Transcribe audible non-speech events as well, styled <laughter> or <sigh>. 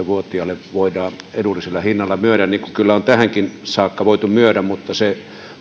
<unintelligible> vuotiaalle voidaan edullisella hinnalla myydä niin kuin on tähänkin saakka voitu myydä mutta se on